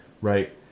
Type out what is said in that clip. right